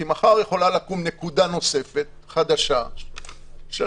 כי מחר יכולה לקום נקודה נוספת חדשה שלא